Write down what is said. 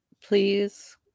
please